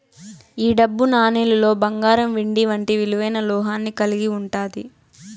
ఈ డబ్బు నాణేలులో బంగారం వెండి వంటి విలువైన లోహాన్ని కలిగి ఉంటాది